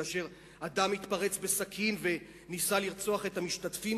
כאשר אדם התפרץ בסכין וניסה לרצוח את המשתתפים.